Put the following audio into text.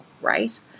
right